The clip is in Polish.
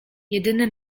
jedyny